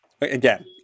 again